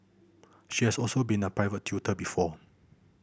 she has also been a private tutor before